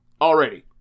already